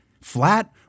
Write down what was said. Flat